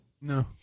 No